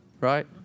Right